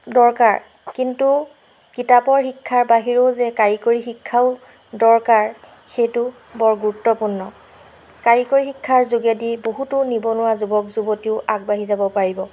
দৰকাৰ কিন্তু কিতাপৰ শিক্ষাৰ বাহিৰেও যে কাৰিকৰী শিক্ষাও দৰকাৰ সেইটো বৰ গুৰুত্বপূৰ্ণ কাৰিকৰী শিক্ষাৰ যোগেদি বহুতো নিবনুৱা যুৱক যুৱতীও আগবাঢ়ি যাব পাৰিব